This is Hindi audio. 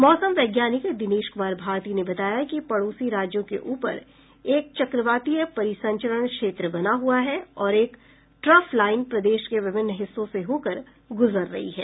मौसम वैज्ञानिक दिनेश कुमार भारती ने बताया कि पड़ोसी राज्यों के ऊपर एक चक्रवातीय परिसंचरण क्षेत्र बना हुआ है और एक ट्रफ लाईन प्रदेश के विभिन्न हिस्सों से होकर गुजर रही है